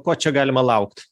ko čia galima laukt